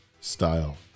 style